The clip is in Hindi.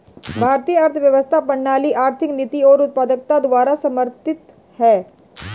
भारतीय अर्थव्यवस्था प्रणाली आर्थिक नीति और उत्पादकता द्वारा समर्थित हैं